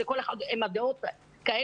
שכל אחד בא עם הדעות שלו,